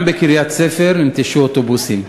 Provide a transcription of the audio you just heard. גם בקריית-ספר ננטשו אוטובוסים.